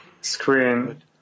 screen